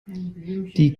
die